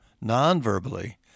non-verbally